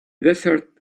desert